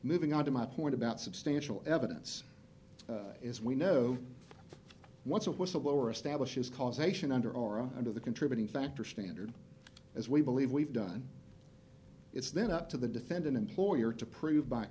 moving on to my point about substantial evidence as we know once a whistleblower establishes causation under aura under the contributing factor standard as we believe we've done it's then up to the defendant employer to prove by